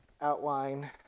outline